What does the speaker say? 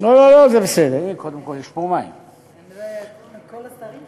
תנאים ברישיון העסק